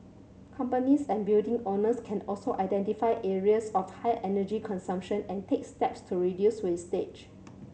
companies and building owners can also identify areas of high energy consumption and take steps to reduce usage